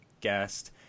guest